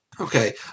Okay